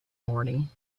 morning